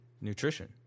nutrition